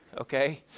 okay